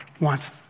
wants